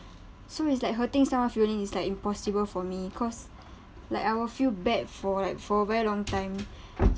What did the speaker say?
so it's like hurting someone feeling is like impossible for me cause like I will feel bad for like for very long time